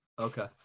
Okay